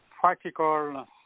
practical